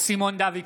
סימון דוידסון,